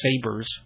sabers